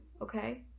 okay